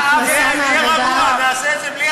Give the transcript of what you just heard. תהיה רגוע, אנחנו נעשה את זה בלי הצעת החוק.